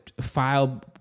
file